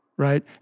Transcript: right